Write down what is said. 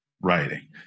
writing